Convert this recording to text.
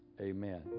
Amen